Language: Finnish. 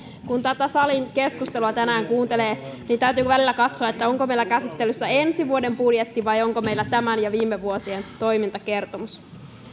kun tätä salin keskustelua tänään kuuntelee niin täytyy välillä katsoa onko meillä käsittelyssä ensi vuoden budjetti vai onko meillä tämän ja viime vuosien toimintakertomus